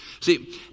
See